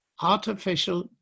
artificial